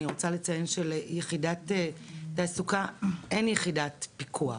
אני רוצה לציין שליחידת תעסוקה אין יחידת פיקוח,